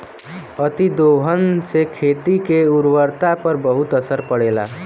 अतिदोहन से खेती के उर्वरता पर बहुत असर पड़ेला